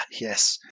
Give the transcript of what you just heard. Yes